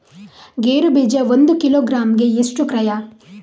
ಗೇರು ಬೀಜ ಒಂದು ಕಿಲೋಗ್ರಾಂ ಗೆ ಎಷ್ಟು ಕ್ರಯ?